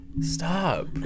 Stop